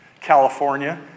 California